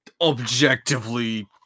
objectively